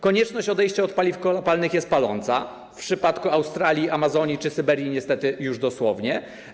Konieczność odejścia od paliw kopalnych jest paląca, w przypadku Australii, Amazonii czy Syberii niestety już dosłownie.